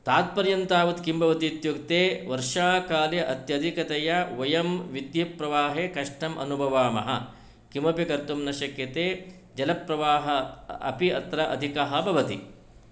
तावत्पर्यं तावत् किं भवति इत्युक्ते वर्षाकाले अत्यधिकतया वयं विद्युत्प्रवाहे कष्टम् अनुभवामः किमपि कर्तुं न शक्यते जलप्रवाह अपि अत्र अधिकः भवति